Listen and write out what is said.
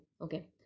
okay